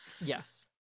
yes